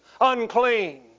unclean